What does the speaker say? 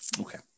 Okay